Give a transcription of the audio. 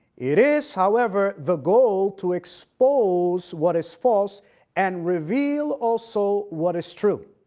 it is however the goal to expose what is false and reveal also what is true.